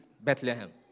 Bethlehem